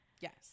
Yes